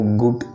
good